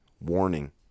Warning